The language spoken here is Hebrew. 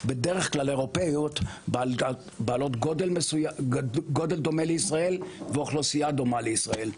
אירופאיות בעלות גודל דומה לישראל ואוכלוסייה דומה לישראל.